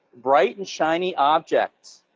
bright and shiny objects.